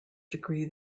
degree